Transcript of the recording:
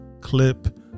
clip